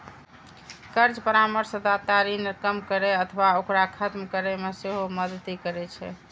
कर्ज परामर्शदाता ऋण कम करै अथवा ओकरा खत्म करै मे सेहो मदति करै छै